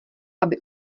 aby